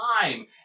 time